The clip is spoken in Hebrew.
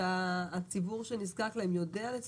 שעות שהציבור שנזקק להם יודע?